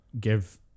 give